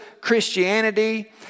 Christianity